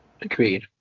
Agreed